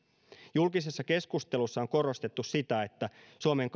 julkisessa keskustelussa on korostettu sitä että suomen